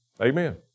Amen